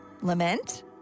Lament